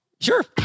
sure